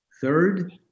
Third